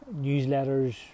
newsletters